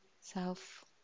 self